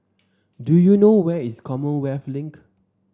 do you know where is Commonwealth Link